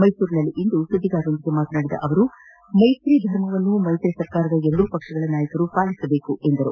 ಮೈಸೂರಿನಲ್ಲಿಂದು ಸುದ್ದಿಗಾರರೊಂದಿಗೆ ಮಾತನಾಡಿದ ಅವರು ಮೈತ್ರಿ ಧರ್ಮವನ್ನು ಮೈತ್ರಿ ಸರ್ಕಾರದ ಎರಡೂ ಪಕ್ಷಗಳ ನಾಯಕರು ಪಾಲಿಸಬೇಕು ಎಂದರು